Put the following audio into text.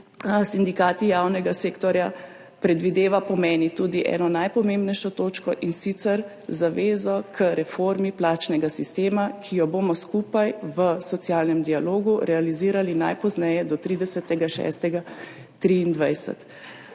sindikati javnega sektorja – predvideva, po moje, tudi eno najpomembnejšo točko, in sicer zavezo k reformi plačnega sistema, ki jo bomo skupaj v socialnem dialogu realizirali najpozneje do 30. 6.